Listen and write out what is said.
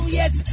yes